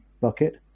bucket